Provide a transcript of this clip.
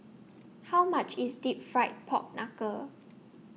How much IS Deep Fried Pork Knuckle